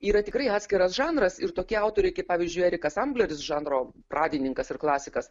yra tikrai atskiras žanras ir tokie autoriai kaip pavyzdžiui erikas ambleris žanro pradininkas ir klasikas